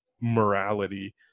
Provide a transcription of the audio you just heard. morality